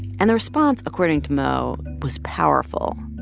and the response, according to mo, was powerful.